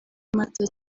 mata